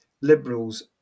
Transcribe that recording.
liberals